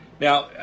Now